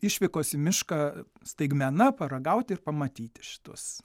išvykos į mišką staigmena paragauti ir pamatyti šituos